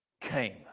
came